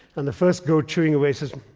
and the first goat, chewing away, says,